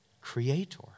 creator